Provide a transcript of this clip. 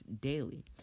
daily